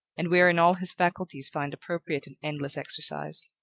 and wherein all his faculties find appropriate and endless exercise.